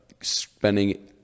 spending